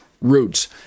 roots